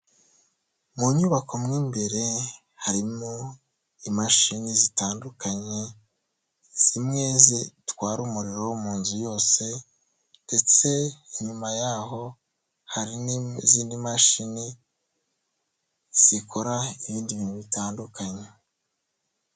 Mu nyubako mo imbere, harimo imashini zitandukanye, zimwe zitwara umuriro mu nzu yose ndetse inyuma yaho, hari n'izindi mashini zikora ibindi bintu bitandukanye.